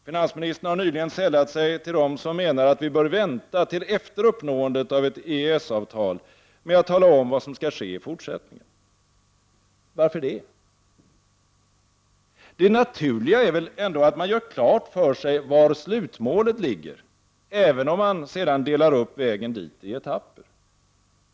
Finansministern har nyligen sällat sig till dem som menar att vi bör vänta till efter uppnåendet av ett EES avtal med att tala om vad som skall ske i fortsättningen. Varför det? Det naturliga är ju att man gör klart för sig var slutmålet ligger, även om man delar upp vägen dit i etapper.